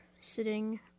sitting